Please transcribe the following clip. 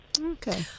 Okay